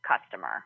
customer